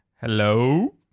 Hello